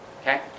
Okay